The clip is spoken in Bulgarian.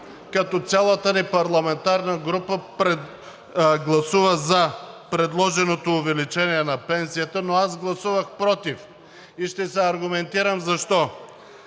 като цялата ни парламентарна група гласува за предложеното увеличение на пенсията, но аз гласувах против и ще се аргументирам защо.